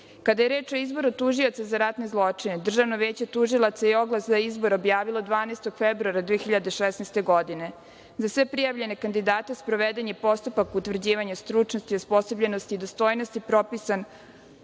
je reč o izboru tužioca za ratne zločine, Državno veće tužilaca je oglas za izbor objavilo 12. februara 2016. godine. Za sve prijavljene kandidate sproveden je postupak utvrđivanja stručnosti, osposobljenosti i dostojnosti, propisan